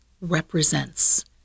represents